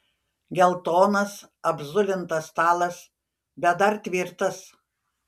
geltonas apzulintas stalas bet dar tvirtas